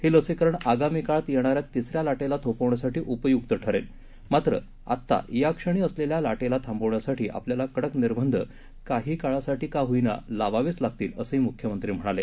हे लसीकरण आगामी काळात येणाऱ्या तिसऱ्या लाटेला थोपवण्यासाठी उपयुक्त ठरेल मात्र आत्ता या क्षणी असलेल्या लाटेला थांबवण्यासाठी आपल्याला कडक निर्बंध काही काळासाठी का होईना लावावेच लागतील असंही मुख्यमंत्री म्हणाले